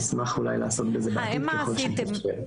נשמח אולי לעסוק בזה בעתיד ככל שיתאפשר.